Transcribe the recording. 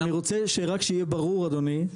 אני רוצה שרק שיהיה ברור אדוני,